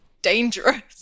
dangerous